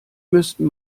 müssten